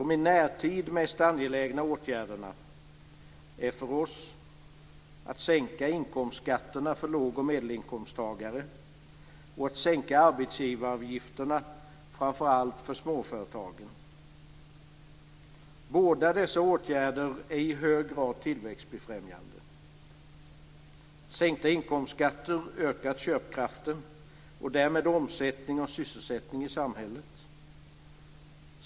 De i närtid mest angelägna åtgärderna för oss är att sänka inkomstskatterna för låg och medelinkomsttagare och att sänka arbetsgivaravgifterna framför allt för småföretagen. Båda dessa åtgärder är i hög grad tillväxtbefrämjande. Sänkta inkomstskatter ökar köpkraften och därmed omsättning och sysselsättning i samhället.